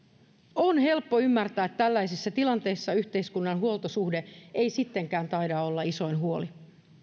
on helppo ymmärtää tällaisissa tilanteissa että yhteiskunnan huoltosuhde ei sittenkään taida olla isoin huoli